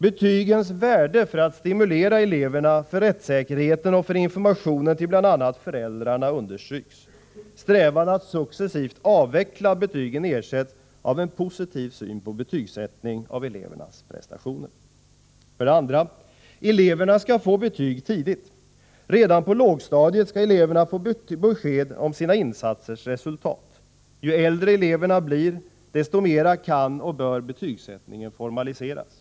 Betygens värde för att stimulera eleverna, för rättssäkerheten och för informationen till bl.a. föräldrarna måste understrykas. Strävan att successivt avveckla betygen bör ersättas av en positiv syn på betygsättning av elevernas prestationer. 2. Eleverna skall få betyg tidigt. Redan på lågstadiet skall eleverna få besked om sina insatsers resultat. Ju äldre eleverna blir, desto mera kan och bör betygsättningen formaliseras.